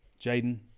Jaden